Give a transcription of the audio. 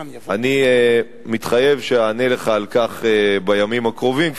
אני מתחייב לענות לך על כך בימים הקרובים,